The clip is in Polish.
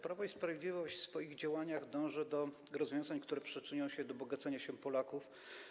Prawo i Sprawiedliwość w swoich działaniach dąży do rozwiązań, które przyczynią się do bogacenia się Polaków.